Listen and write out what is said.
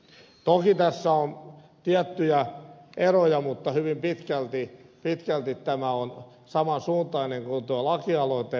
toki tässä on tiettyjä eroja mutta hyvin pitkälti tämä on saman suuntainen kuin tuo lakialoite